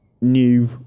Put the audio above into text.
new